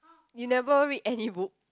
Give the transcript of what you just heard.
you never read any book